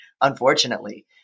unfortunately